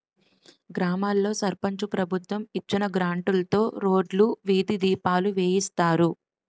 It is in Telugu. గ్రామాల్లో సర్పంచు ప్రభుత్వం ఇచ్చిన గ్రాంట్లుతో రోడ్లు, వీధి దీపాలు వేయిస్తారు